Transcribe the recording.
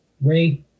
Ray